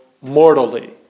mortally